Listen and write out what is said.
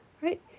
right